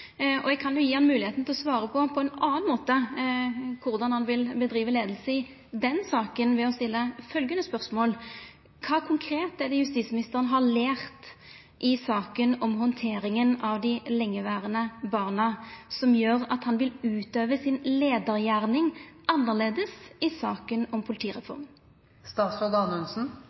Eg kan gje han ei moglegheit til å svara på ein annan måte om korleis han vil driva leiing i den saka, ved å stilla følgjande spørsmål: Kva konkret er det justisministeren har lært i saka om handteringa av dei lengeverande barna, som gjer at han vil utøva si leiargjerning annleis i saka om